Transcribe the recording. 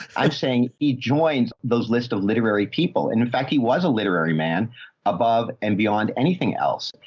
i'm saying he joins those lists of literary people. and in fact he was a literary man above and beyond anything else?